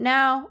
Now